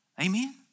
Amen